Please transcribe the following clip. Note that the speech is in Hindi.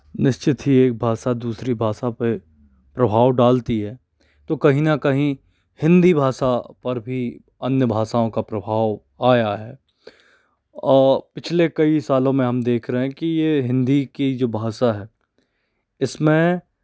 निश्चित ही एक भाषा दूसरी भाषा पे प्रभाव डालती है तो कहीं न कहीं हिंदी भाषा पर भी अन्य भाषाओं का प्रभाव आया है और पिछले कई सालों में हम देख रहे हैं कि ये हिंदी की जो भाषा है इसमें